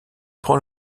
prend